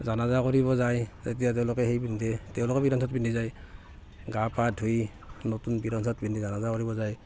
জানাজা কৰিব যায় তেতিয়া তেওঁলোকে সেই পিন্ধে তেওঁলোকো পিন্ধি যায় গা পা ধুই নতুন পিন্ধি জানাজা কৰিব যায়